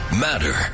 matter